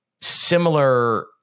similar